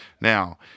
Now